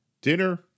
dinner